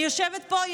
אני יושבת פה,